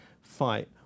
fight